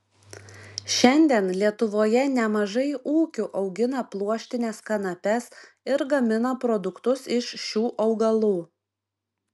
šiandien lietuvoje nemažai ūkių augina pluoštines kanapes ir gamina produktus iš šių augalų